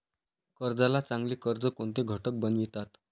कर्जाला चांगले कर्ज कोणते घटक बनवितात?